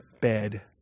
bed